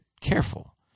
careful